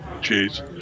Cheers